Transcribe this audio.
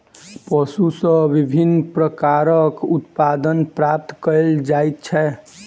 पशु सॅ विभिन्न प्रकारक उत्पाद प्राप्त कयल जाइत छै